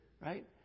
right